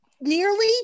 Nearly